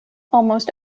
almost